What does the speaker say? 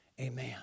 Amen